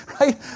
right